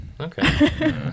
Okay